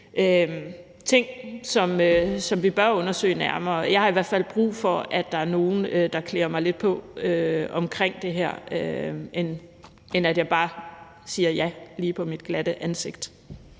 ting, som vi bør undersøge nærmere. Jeg har i hvert fald brug for, at der er nogle, der klæder mig lidt på omkring det her, i stedet for at jeg bare siger ja på mit glatte ansigt.